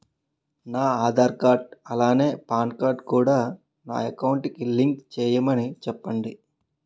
నా ఆధార్ కార్డ్ అలాగే PAN card కూడా నా అకౌంట్ కి లింక్ చేయమని చెప్పండి